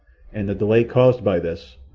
and the delay caused by this,